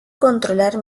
controlar